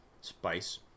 spice